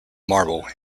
marble